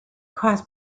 cross